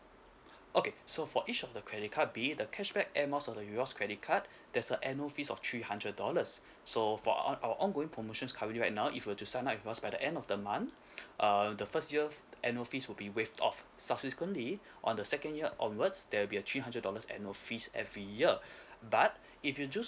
okay so for each of the credit card be the cashback air miles credit card there's a annual fees of three hundred dollars so for on our ongoing promotions currently right now if you were to sign up with us by the end of the month err the first year annual fees will be waived off subsequently on the second year onwardsonwards there will be a three hundred dollars annual fees every year but if you do